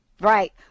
Right